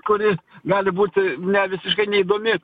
kuri gali būti ne visiškai neįdomi